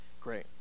great